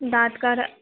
दाँतका रऽ